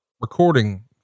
recording